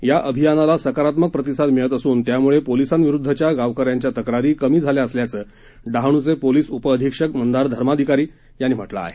या अभियानाला सकारात्मक प्रतिसाद मिळत असून त्यामुळे पोलीसांविरुद्धच्या गावकऱ्यांच्या तक्रारी कमी झाल्या असल्याचं डहाणूचे पोलीस उपअधिक्षक मंदार धर्माधिकारी यांनी म्हटलं आहे